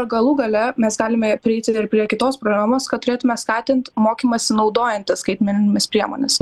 ir galų gale mes galime prieiti ir prie kitos programos kad turėtume skatint mokymąsi naudojantis skaitmeninėmis priemonėmis